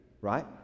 right